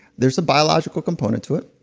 there's a biological component to it.